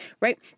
right